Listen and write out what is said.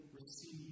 receive